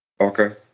Okay